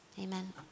Amen